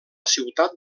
ciutat